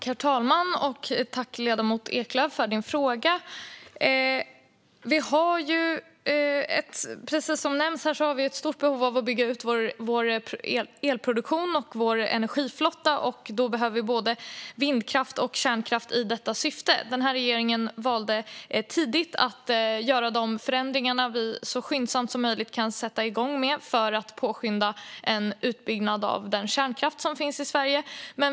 Herr talman! Tack, ledamoten Eklöf, för din fråga! Precis som nämnts har vi ett stort behov av att bygga ut vår elproduktion och vår energiflotta. I detta syfte behöver vi både vindkraft och kärnkraft. Den här regeringen valde tidigt att göra de förändringar som vi så skyndsamt som möjligt kan sätta igång med för att påskynda en utbyggnad av den kärnkraft som finns i Sverige.